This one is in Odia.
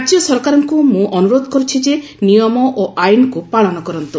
ରାଜ୍ୟ ସରକାରଙ୍କୁ ମୁଁ ଅନୁରୋଧ କରୁଛି ଯେ ନିୟମ ଓ ଆଇନକୁ ପାଳନ କରାନ୍ତୁ